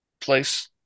place